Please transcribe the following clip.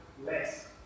less